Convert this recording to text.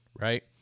right